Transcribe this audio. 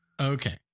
Okay